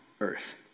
earth